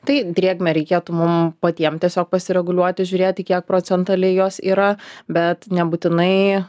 taip drėgmę reikėtų mum patiem tiesiog pasireguliuoti žiūrėti kiek procentaliai jos yra bet nebūtinai